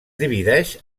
divideix